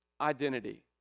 identity